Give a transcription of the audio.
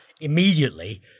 immediately